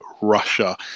Russia